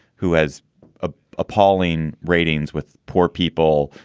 who has a appalling ratings with poor people,